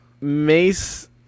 Mace